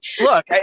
Look